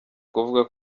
kuvuga